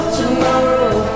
tomorrow